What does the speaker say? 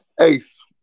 Ace